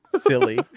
silly